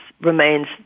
remains